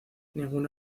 ningún